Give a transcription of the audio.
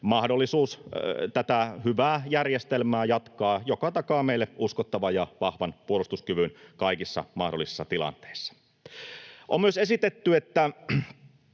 mahdollisuus tätä hyvää järjestelmää jatkaa, joka takaa meille uskottavan ja vahvan puolustuskyvyn kaikissa mahdollisissa tilanteissa. On myös esitetty, että